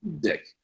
dick